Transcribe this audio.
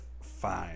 fine